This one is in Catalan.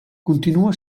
continua